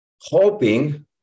hoping